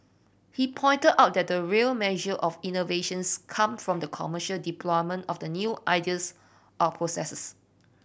he pointed out that the real measure of innovations come from the commercial deployment of new ideas or processes